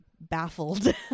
baffled